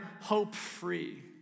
hope-free